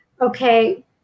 okay